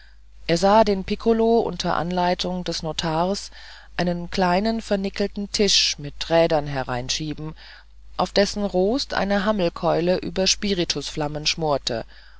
er sah den pikkolo unter anleitung des notars einen kleinen vernickelten tisch mit rädern hereinschieben auf dessen rost eine hammelkeule über spiritusflammen schmorte